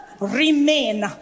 remain